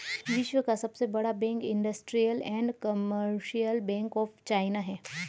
विश्व का सबसे बड़ा bank Industrial and Commercial Bank of China है